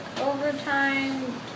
overtime